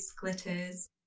Glitters